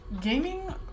Gaming